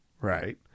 right